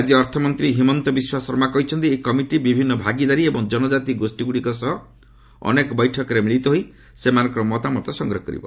ରାଜ୍ୟ ଅର୍ଥମନ୍ତ୍ରୀ ହିମନ୍ତ ବିଶ୍ୱାସ ଶର୍ମା କହିଛନ୍ତି ଏହି କମିଟି ବିଭିନ୍ନ ଭାଗିଦାରୀ ଏବଂ ଜନଟ୍ଟାତି ଗୋଷ୍ଠୀଗୁଡ଼ିକ ସହ ଅନେକ ବୈଠକରେ ମିଳିତ ହୋଇ ସେମାନଙ୍କର ମତାମତ ସଂଗ୍ହ କରିବ